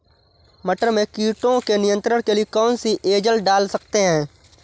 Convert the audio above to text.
मटर में कीटों के नियंत्रण के लिए कौन सी एजल डाल सकते हैं?